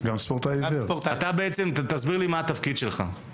הסבר לי מה התפקיד שלך.